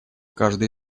каждый